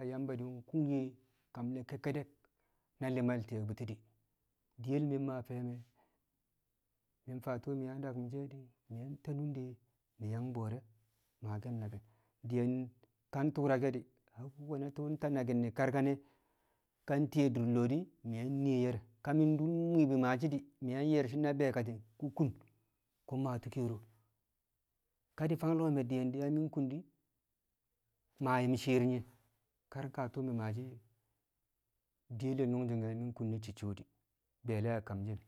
a Yamba di̱ kung ye̱ kam ne̱ kekkedek na li̱ma ti̱ye̱ bu̱ti̱ di̱ diyel wu̱ mi maa fe̱e̱me̱, mi̱ faa tu̱u̱ mi̱ yang daku̱m she̱ di̱, mi̱ yang ta nunde mi̱ yang bo̱o̱re̱ maake̱l naki̱n, diyen ka turake̱ di̱ nwe̱na tu̱u̱ nta naki̱n karkane̱ ka tiye dur lo̱o̱ di̱ mi̱ yang nee ye̱r ka mi̱ mwi̱i̱ bu̱ maashi̱ di̱ ye̱r na be̱e̱katɪng ku̱ kung ku̱ maa tu̱u̱ ke̱ro̱ ka di̱ fang lo̱o̱ me̱ diye̱n na kung di̱ maa yum shi̱i̱r yi kar ka tu̱u̱ mi̱ maashi̱ diye̱l nu̱ngsu̱nge̱ mi̱ kun na cicco di̱ be̱e̱le̱ kamshi̱n.